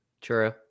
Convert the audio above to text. True